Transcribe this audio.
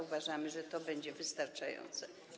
Uważamy, że to będzie wystarczające.